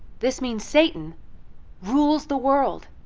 this means satan rules the world,